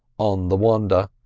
on the wandher,